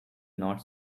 not